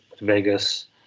Vegas